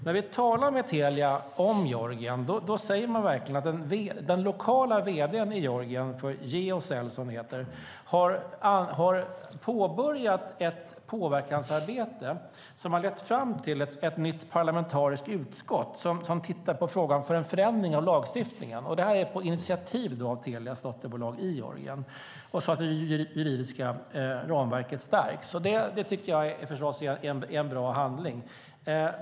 När vi talar med Telia om Georgien säger de att den lokala vd:n där för Geocell, som det heter, har påbörjat ett påverkansarbete som har lett fram till ett nytt parlamentariskt utskott som tittar på frågan om en förändring av lagstiftningen så att det juridiska ramverket stärks. Detta görs på initiativ av Telias dotterbolag i Georgien, och jag tycker förstås att det är en bra handling.